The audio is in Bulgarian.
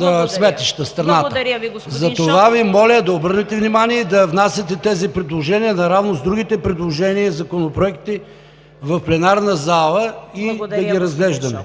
ПАВЕЛ ШОПОВ: Затова Ви моля да обърнете внимание и да внасяте тези предложения наравно с другите предложения и законопроекти в пленарната зала, за да ги разглеждаме.